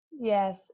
Yes